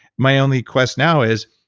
my only quest now is,